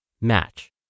match